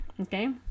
Okay